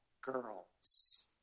girls